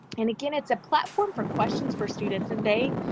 and again, it's a platform for questions for students. and they,